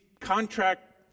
contract